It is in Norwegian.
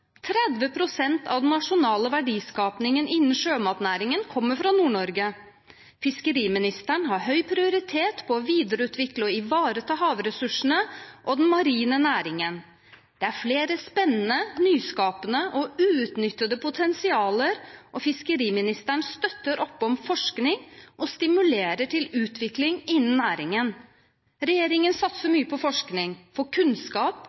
av den nasjonale verdiskapingen innen sjømatnæringen kommer fra Nord-Norge. Fiskeriministeren har høy prioritet på å videreutvikle og ivareta havressursene og den marine næringen. Det er flere spennende, nyskapende og uutnyttede potensialer, og fiskeriministeren støtter opp om forskning og stimulerer til utvikling innen næringen. Regjeringen satser mye på forskning, for kunnskap